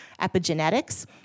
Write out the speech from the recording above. epigenetics